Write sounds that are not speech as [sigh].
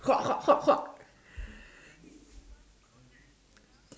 [noise]